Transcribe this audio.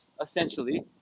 essentially